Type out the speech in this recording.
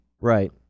Right